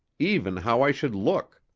even how i should look.